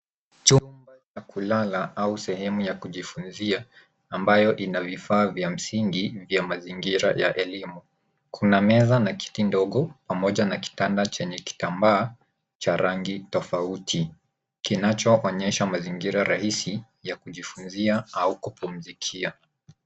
Chumba cha kulala au sehemu ya kujifunzia ambayo ina vifaa vya msingi vya mazingira ya elimu. Kuna meza na kiti ndongo pamoja na kitanda chenye kitambaa cha rangi tofauti kinachoonyesha mazingira rahisi ya kujifunzia au kupumzikia.